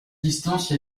distance